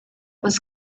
was